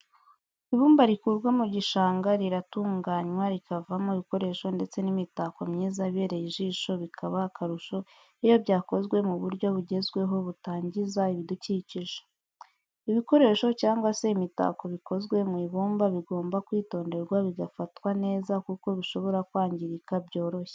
Ibumba rikurwa mu gishanga riratunganywa rikavamo ibikoresho ndetse n'imitako myiza ibereye ijisho bikaba akarusho iyo byakozwe mu buryo bugezweho butangiza ibidukikije. ibikoresho cyangwa se imitako bikozwe mu ibumba bigomba kwitonderwa bigafatwa neza kuko bishobora kwangirika byoroshye.